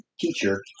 Teacher